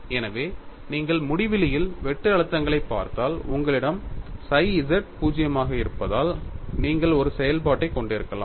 எனவே நீங்கள் முடிவிலியில் வெட்டு அழுத்தங்களை பார்த்தால் உங்களிடம் psi z 0 இருப்பதால் நீங்கள் ஒரு செயல்பாட்டைக் கொண்டிருக்கலாம்